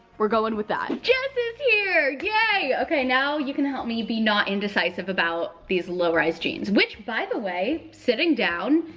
we're going with that. jess is here! yay! okay, now you can help me be not indecisive about these low-rise jeans, which by the way, sitting down,